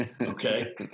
Okay